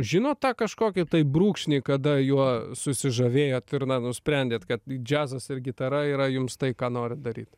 žinot tą kažkokį tai brūkšnį kada juo susižavėjot ir na nusprendėt kad džiazas ir gitara yra jums tai ką norit daryt